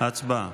הצבעה.